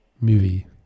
movie